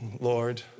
Lord